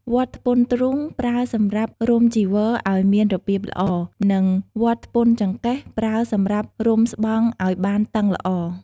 វត្ថពន្ធទ្រូងប្រើសម្រាប់រុំចីវរឲ្យមានរបៀបល្អ និង វត្ថពន្ធចង្កេះ ប្រើសម្រាប់រុំស្បង់ឲ្យបានតឹងល្អ។